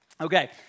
Okay